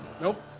Nope